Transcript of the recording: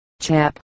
Chap